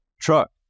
truck